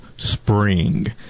Spring